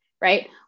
right